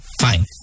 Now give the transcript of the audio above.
Fine